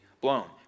blown